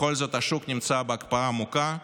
בכל זאת השוק נמצא בהקפאה עמוקה,